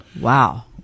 Wow